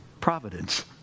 Providence